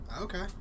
Okay